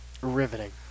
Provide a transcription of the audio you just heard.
Riveting